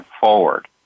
forward